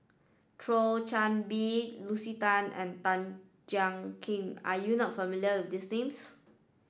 Thio Chan Bee Lucy Tan and Tan Jiak Kim are you not familiar with these names